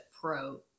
pro